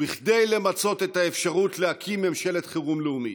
כדי למצות את האפשרות להקים ממשלת חירום לאומית,